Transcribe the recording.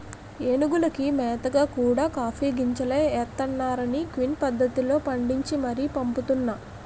ఏనుగులకి మేతగా కూడా కాఫీ గింజలే ఎడతన్నారనీ క్విన్ పద్దతిలో పండించి మరీ పంపుతున్నా